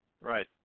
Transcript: Right